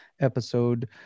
episode